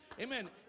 Amen